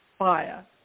fire